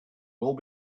will